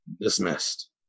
dismissed